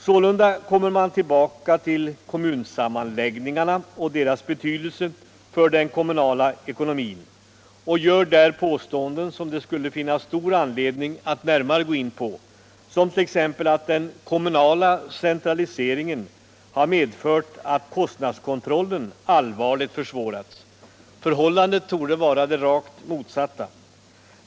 Sålunda kommer man tillbaka till kommunsammanläggningarna och deras betydelse för den kommunala eckonomin och gör där påståenden som det skulle finnas stor anledning att närmare gå in på, t.ex. att den kommunala centraliseringen har medfört att kostnadskontrollen allvarligt försvårats. Förhållandet torde vara det rakt motsatta.